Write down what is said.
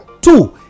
Two